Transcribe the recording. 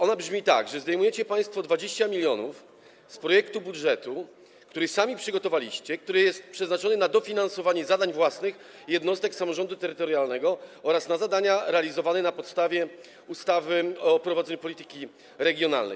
Ona brzmi tak, że zdejmujecie państwo 20 mln z projektu budżetu, który sami przygotowaliście, który jest przeznaczony na dofinansowanie zadań własnych jednostek samorządu terytorialnego oraz na zadania realizowane na podstawie ustawy o prowadzeniu polityki regionalnej.